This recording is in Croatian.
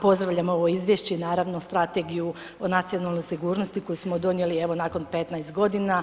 Pozdravljam ovo izvješće i naravno, Strategiju o nacionalnoj sigurnosti koju smo donijeli, evo, nakon 15 godina.